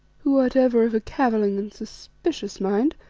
who art ever of a cavilling and suspicious mind,